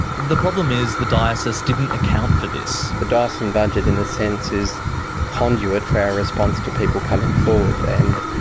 the problem is the diocese didn't account for this. the diocesan budget in a sense is the conduit for our response to people coming forward, and